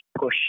push